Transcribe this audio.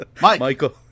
michael